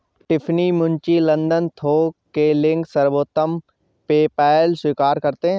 Tiffany, Gucci, London थोक के link, सर्वोत्तम मूल्य, पेपैल स्वीकार करते है